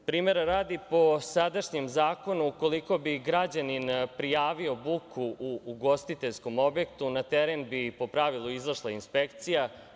Primera radi, po sadašnjem Zakonu, ukoliko bi građanin prijavio buku u ugostiteljskom objektu, na teren bi, po pravilu, izašla inspekcija.